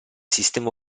sistema